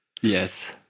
Yes